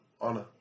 honor